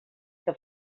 que